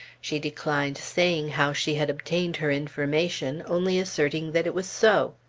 she declined saying how she had obtained her information, only asserting that it was so.